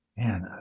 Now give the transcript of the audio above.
Man